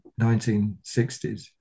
1960s